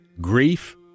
grief